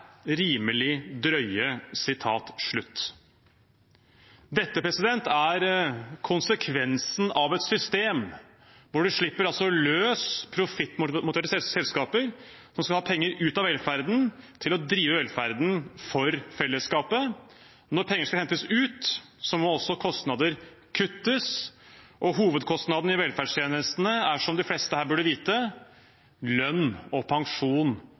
drøye». Dette er konsekvensen av et system hvor man slipper løs profittmotiverte selskaper, som skal ha penger ut av velferden til å drive velferden for fellesskapet. Når penger skal hentes ut, må også kostnader kuttes. Hovedkostnadene i velferdstjenestene er, som de fleste her burde vite, lønn og pensjon